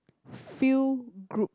few group